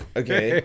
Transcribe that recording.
okay